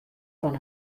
fan